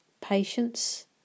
patience